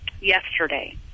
yesterday